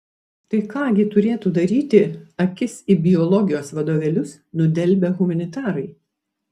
tai ką gi turėtų daryti akis į biologijos vadovėlius nudelbę humanitarai